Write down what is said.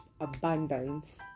abundance